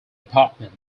department